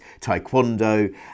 taekwondo